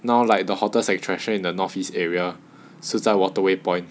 now like the hottest attraction in the north east area 是在 waterway point